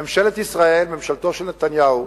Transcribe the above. ממשלת ישראל, ממשלתו של נתניהו,